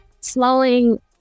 slowing